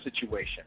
situation